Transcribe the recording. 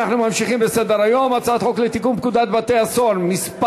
אנחנו ממשיכים בסדר-היום: הצעת חוק לתיקון פקודת בתי-הסוהר (מס'